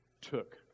took